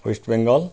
West Bengal